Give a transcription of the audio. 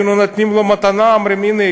היינו נותנים לו מתנה ואומרים: הנה,